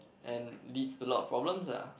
and leads to a lot of problems lah